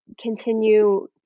continue